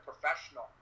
professional